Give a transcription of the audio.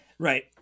Right